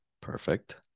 perfect